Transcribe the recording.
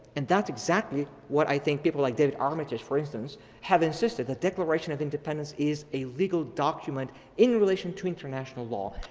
and that's exactly what i think people like david armitage for instance have insisted the declaration of independence is a legal document in relation to international law.